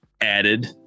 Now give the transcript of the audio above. added